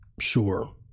Sure